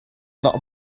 not